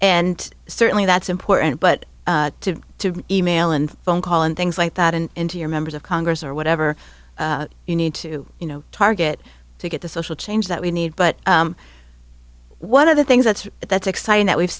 and certainly that's important but to to email and phone call and things like that and to your members of congress or whatever you need to you know target to get the social change that we need but one of the things that's that's exciting that we've